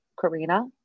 Karina